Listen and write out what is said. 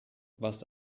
was